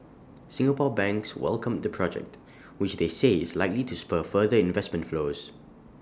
Singapore banks welcomed the project which they say is likely to spur further investment flows